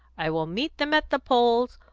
i will meet them at the polls,